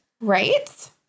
Right